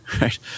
right